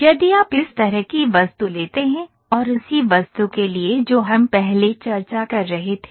यदि आप इस तरह की वस्तु लेते हैं और उसी वस्तु के लिए जो हम पहले चर्चा कर रहे थे